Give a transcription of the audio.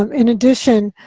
um in addition,